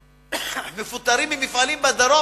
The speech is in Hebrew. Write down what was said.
מפוטרים ממפעלים בדרום.